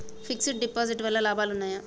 Fix డ్ deposit వల్ల లాభాలు ఉన్నాయి?